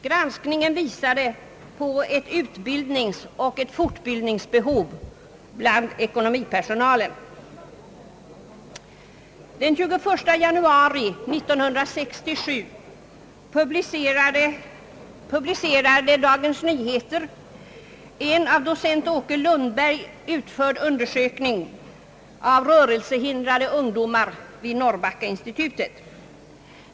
Granskningen visade att det föreligger ett utbildningsoch fortbildningsbehov bland ekonomipersonalen. Den 21 januari 1967 publicerade Dagens Nyheter en av docent Åke Lundberg utförd undersökning av rörelsehindrade ungdomar vid Norrbackainstitutet.